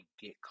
get